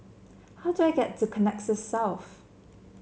how do I get to Connexis South